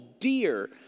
dear